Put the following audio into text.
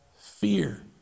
fear